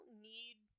need